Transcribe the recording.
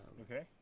okay